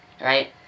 right